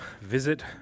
visit